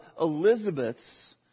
elizabeth's